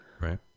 Right